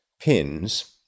pins